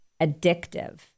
addictive